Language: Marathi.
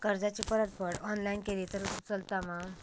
कर्जाची परतफेड ऑनलाइन केली तरी चलता मा?